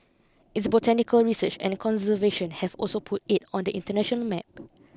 its botanical research and conservation have also put it on the international map